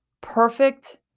perfect